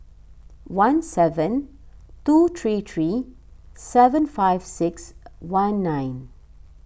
one seven two three three seven five six one nine